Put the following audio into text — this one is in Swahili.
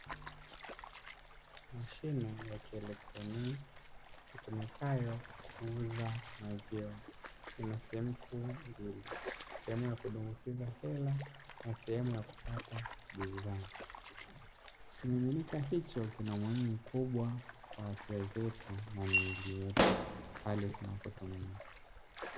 Mashine ya kielektroniki itumikayo kuuza maziwa, ina sehemu kuu mbili sehemu ya kudumbukiza hela na sehemu ya kupata bidhaa, kimiminika hicho kina umuhimu mkubwa kwa afya zetu na miili yetu pale tunapotumia.